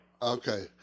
Okay